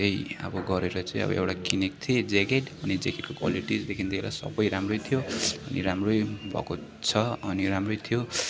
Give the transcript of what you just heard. त्यही अब गरेर चाहिँ एउटा किनेको थिएँ ज्याकेट अनि ज्याकेटको क्वालिटीदेखि लिएर सबै राम्रै थियो अनि राम्रै भएको छ अनि राम्रै थियो